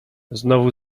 znowu